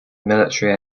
military